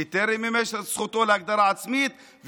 שטרם מימש את זכותו להגדרה עצמית,